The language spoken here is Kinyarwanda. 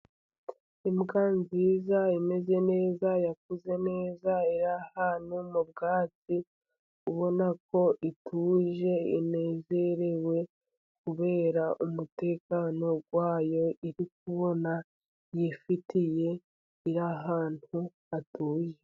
Imbwa nziza, imeze neza, yakuze neza, iri ahantu mu bwatsi, ubona ko ituje, inezerewe, kubera umutekano wa yo, iri kubona yifitiye iri ahantu hatuje.